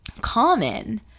common